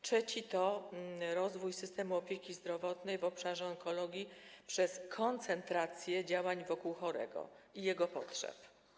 Trzeci cel to rozwój systemu opieki zdrowotnej w obszarze onkologii przez koncentrację działań wokół chorego i jego potrzeb.